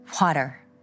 water